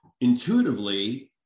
Intuitively